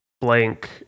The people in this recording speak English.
blank